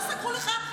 לא סגרו לך אף מקום.